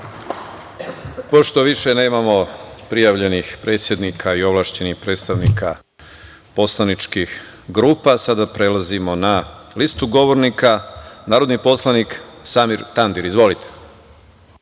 Pošto više nemamo prijavljenih predsednika i ovlašćenih predstavnika poslaničkih grupa, sada prelazimo na listu govornika. Narodni poslanik Samir Tandir. Izvolite.